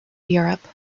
europe